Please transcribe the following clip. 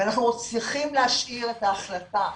ואנחנו צריכים להשאיר את ההחלטה,